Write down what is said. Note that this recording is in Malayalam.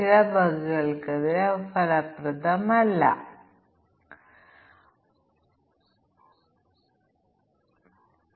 ബൂലിയൻ വേരിയബിളുകൾ പ്രത്യേകിച്ചും യൂസർ ഇന്റർഫേസുകളിലും കൺട്രോളർ ആപ്ലിക്കേഷനുകളിലും ഉണ്ട് ഇവയിൽ ധാരാളം ഉണ്ട്